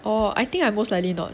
orh I think I most likely not